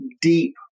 deep